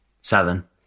Seven